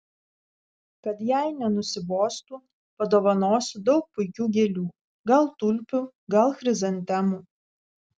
kad jai nenusibostų padovanosiu daug puikių gėlių gal tulpių gal chrizantemų